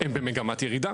הם במגמת ירידה.